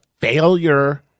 failure